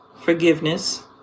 forgiveness